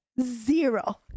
zero